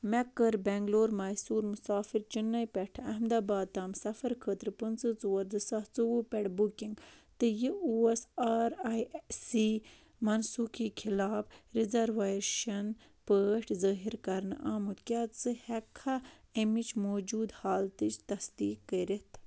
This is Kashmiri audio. مےٚ کٔر بٮ۪نٛگلور میسور مسافِر چِنَے پؠٹھٕ احمد آباد تام سفر خٲطرٕ پٕنٛژٕ ژور زٕ ساس ژوٚوُہ پؠٹھ بُکِنٛگ تہٕ یہ اوس آر آی سی منسوٗخی خلاف رِزَروَیشَن پٲٹھۍ ظٲہر کَرنہٕ آمُت کیٛاہ ژٕ ہؠککھا اَمِچ موجوٗدٕ حالتٕچ تصدیٖق کٔرِتھ